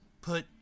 put